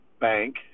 bank